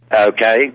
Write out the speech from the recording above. Okay